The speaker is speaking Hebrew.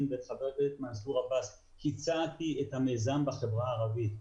וחבר הכנסת מנסור עבאס והצעתי את המיזם בחברה הערבית.